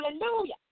Hallelujah